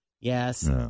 Yes